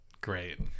Great